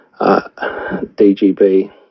DGB